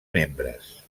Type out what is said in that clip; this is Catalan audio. membres